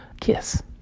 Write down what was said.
kiss